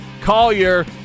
Collier